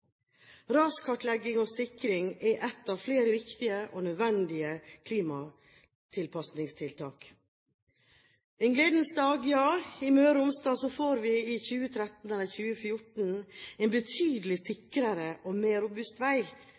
Raskartlegging og -sikring er ett av flere viktige og nødvendige klimatilpasningstiltak. En gledens dag, ja! I Møre og Romsdal får vi i 2013 eller 2014 en betydelig sikrere og mer robust vei,